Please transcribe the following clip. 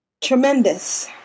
Tremendous